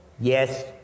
yes